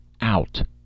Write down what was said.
Out